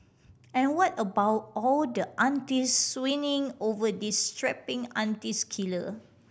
and what about all the aunty swooning over these strapping aunties killer